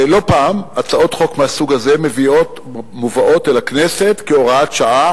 לא פעם הצעות חוק מהסוג הזה מובאות אל הכנסת כהוראת שעה,